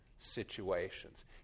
situations